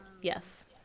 Yes